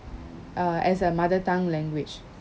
uh as a mother tongue language